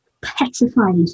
petrified